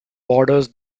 borders